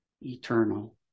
eternal